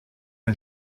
ein